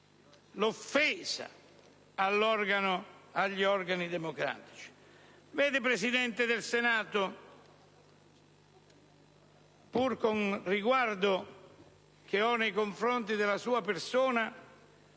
l'offesa agli organi democratici. Signor Presidente del Senato, pur con il riguardo che nutro nei confronti della sua persona,